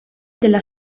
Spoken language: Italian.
della